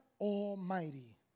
Almighty